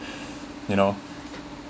you know